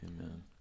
Amen